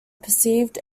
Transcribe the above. perceived